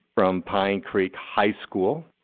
from pine creek high school.